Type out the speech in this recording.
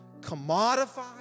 commodified